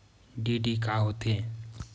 DD का होथे?